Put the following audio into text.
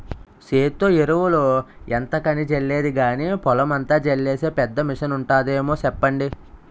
సేత్తో ఎరువులు ఎంతకని జల్లేది గానీ, పొలమంతా జల్లీసే పెద్ద మిసనుంటాదేమో సెప్పండి?